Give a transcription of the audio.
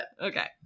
okay